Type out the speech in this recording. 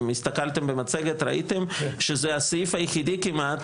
אם הסתכלתם במצגת ראיתם שזה הסעיף היחידי כמעט